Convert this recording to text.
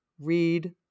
read